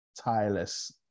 tireless